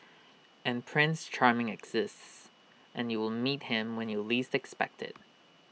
and prince charming exists and you will meet him when you least expect IT